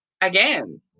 again